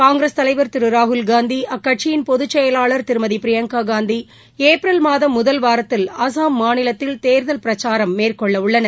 காங்கிரஸ் தலைவர் திரு ராகுல்காந்தி அக்கட்சியின் பொதுச்செயலாளர் திருமதி பிரியங்கா காந்தி ஏப்ரல் மாதம் முதல் வாரத்தில் அஸ்ஸாம் மாநிலத்தில் தேர்தல் பிரச்சாரம் மேற்கொள்ளவுள்ளார்